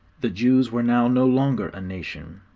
the jews were now no longer a nation.